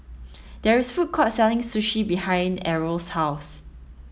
there is a food court selling Sushi behind Errol's house